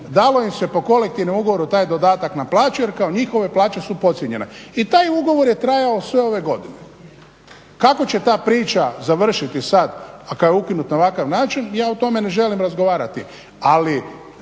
dalo im se po kolektivnom ugovoru taj dodatak na plaću jer kao njihove plaće su podcijenjene. I taj ugovor je trajao sve ove godine. Kako će ta priča završiti sada kad je ukinuta na ovakav način ja o tome ne želim razgovarati.